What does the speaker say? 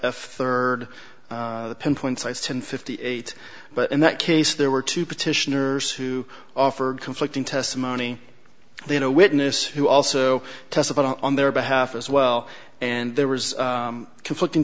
f third pinpoint size ten fifty eight but in that case there were two petitioners who offered conflicting testimony then a witness who also testified on their behalf as well and there was conflicting